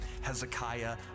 Hezekiah